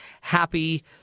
happy